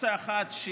אופציה אחת,